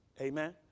Amen